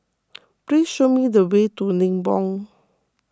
please show me the way to Nibong